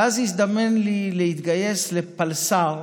ואז הזדמן לי להתגייס לפלס"ר,